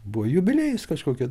buvo jubiliejus kažkokio